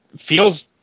feels